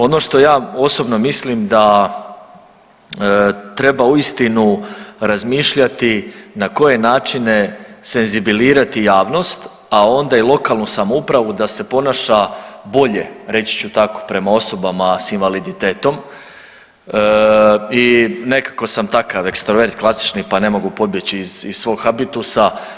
Ono što ja osobno mislim da treba uistinu razmišljati na koje načine senzibilizirati javnost, a onda i lokalnu samoupravu da se ponaša bolje reći ću tako prema osobama s invaliditetom i nekako sam takav ekstrovert klasični pa ne mogu pobjeći iz svog habitusa.